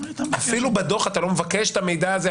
אפילו בדו"ח אתה לא מבקש את המידע הזה,